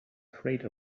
afraid